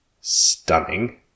stunning